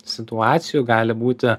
situacijų gali būti